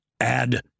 add